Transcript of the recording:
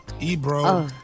Ebro